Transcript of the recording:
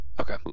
Okay